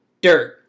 dirt